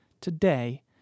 today